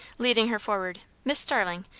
leading her forward. miss starling,